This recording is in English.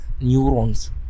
neurons